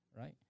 right